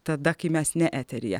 tada kai mes ne eteryje